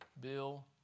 Bill